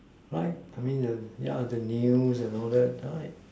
right I mean the ya the news and all that right